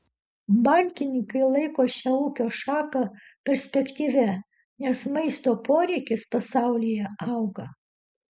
bankininkai laiko šią ūkio šaką perspektyvia nes maisto poreikis pasaulyje auga